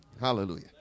Hallelujah